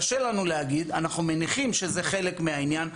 קשה לנו להגיד, אבל אנחנו מניחים שזה חלק מהעניין.